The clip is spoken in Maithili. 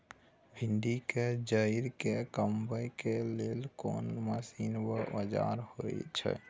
भिंडी के जईर के कमबै के लेल कोन मसीन व औजार होय छै?